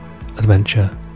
adventure